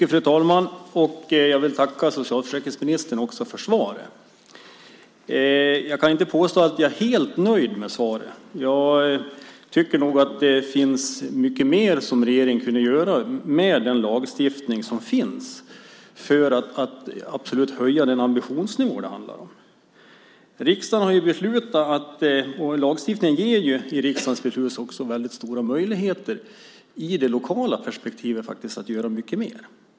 Fru talman! Jag vill tacka socialförsäkringsministern för svaret. Jag kan inte påstå att jag är helt nöjd med svaret. Jag tycker nog att det finns mycket mer som regeringen kunde göra med den lagstiftning som finns för att absolut höja den ambitionsnivå som det handlar om. Riksdagen har fattat beslut, och enligt det ger lagstiftningen väldigt stora möjligheter att göra mycket mer i det lokala perspektivet.